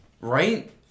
Right